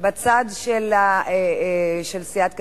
חברי הכנסת בצד של סיעת קדימה,